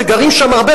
וגרים שם הרבה,